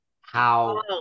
how-